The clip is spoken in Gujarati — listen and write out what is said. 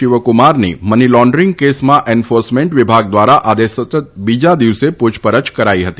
શિવકુમારની મની લોન્ડરીંગ કેસમાં એન્ફોર્સમેન્ટ વિભાગ દ્વારા આજે સતત બીજા દિવસે પૂછપરછ કરાઇ હતી